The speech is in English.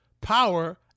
power